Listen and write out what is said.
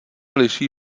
liší